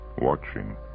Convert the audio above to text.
watching